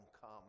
come